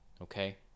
Okay